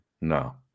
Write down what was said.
No